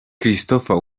christopher